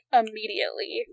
immediately